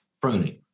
Pruning